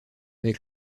avec